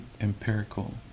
empirical